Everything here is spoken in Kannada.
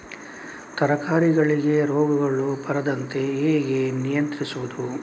ತರಕಾರಿಗಳಿಗೆ ರೋಗಗಳು ಬರದಂತೆ ಹೇಗೆ ನಿಯಂತ್ರಿಸುವುದು?